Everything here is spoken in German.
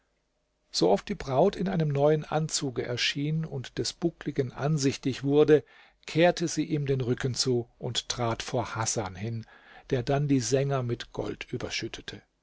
so oft die braut in einem neuen anzuge erschien und des buckligen ansichtig wurde kehrte sie ihm den rücken zu und trat vor hasan hin der dann die sänger mit gold überschüttete